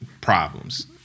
problems